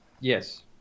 Yes